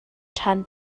ṭhan